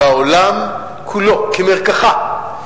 והעולם כולו כמרקחה,